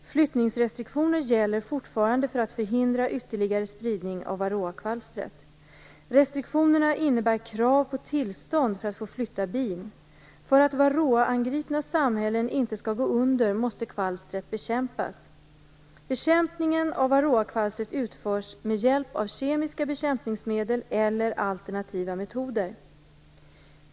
Flyttningsrestriktioner gäller fortfarande för att förhindra ytterligare spridning av varroakvalstret. Restriktionerna innebär krav på tillstånd för att få flytta bin. För att varroaangripna samhällen inte skall gå under måste kvalstret bekämpas. Bekämpningen av varroakvalstret utförs med hjälp av kemiska bekämpningsmedel eller alternativa metoder.